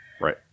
Right